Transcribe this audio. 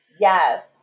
Yes